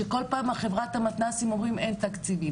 שכל פעם "חברת המתנ"סים" אומרים אין תקציבים.